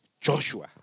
Joshua